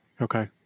Okay